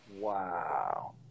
Wow